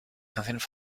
canciones